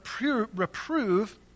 reprove